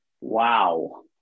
Wow